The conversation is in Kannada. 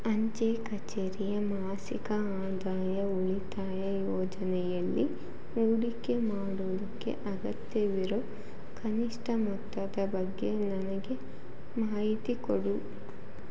ಅಂಚೆ ಕಛೇರಿಯ ಮಾಸಿಕ ಆದಾಯ ಉಳಿತಾಯ ಯೋಜನೆಯಲ್ಲಿ ಹೂಡಿಕೆ ಮಾಡೋದಕ್ಕೆ ಅಗತ್ಯವಿರೊ ಕನಿಷ್ಠ ಮೊತ್ತದ ಬಗ್ಗೆ ನನಗೆ ಮಾಹಿತಿ ಕೊಡು